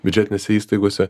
biudžetinėse įstaigose